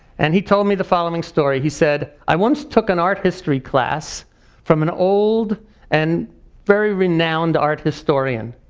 and he told me the following story. he said, i once took an art history class from an old and very renowned art historian.